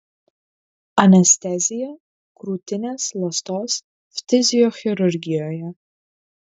anestezija krūtinės ląstos ftiziochirurgijoje